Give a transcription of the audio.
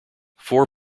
four